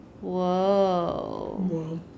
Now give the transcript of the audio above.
whoa